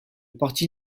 parti